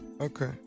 Okay